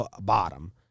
bottom